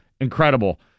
incredible